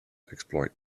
exploit